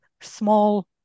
small